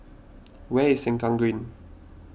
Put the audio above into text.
where is Sengkang Green